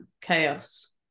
chaos